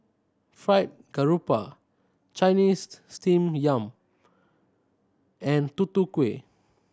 Fried Garoupa Chinese Steamed Yam and Tutu Kueh